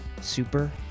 super